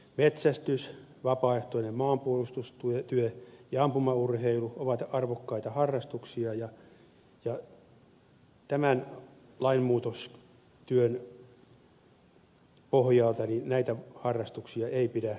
metsästys vapaaehtoinen maanpuolustustyö ja ampumaurheilu ovat arvokkaita harrastuksia ja tämän lainmuutostyön pohjalta näitä harrastuksia ei pidä vaarantaa